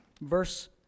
verse